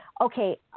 okay